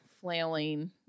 flailing